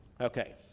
Okay